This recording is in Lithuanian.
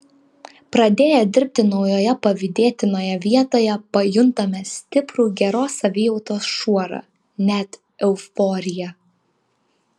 pradėję dirbti naujoje pavydėtinoje vietoje pajuntame stiprų geros savijautos šuorą net euforiją